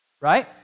right